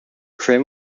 prim